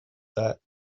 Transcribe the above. that